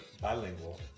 bilingual